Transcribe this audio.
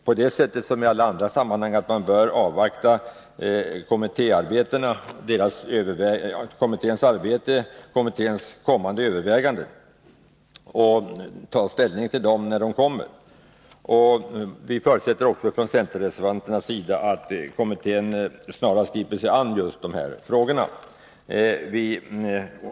I alla sammanhang bör man avvakta de överväganden en kommitté kommer med och ta ställning därefter. Vi förutsätter från centerreservanternas sida att kommittén snarast griper sig an dessa frågor.